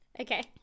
Okay